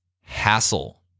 Hassle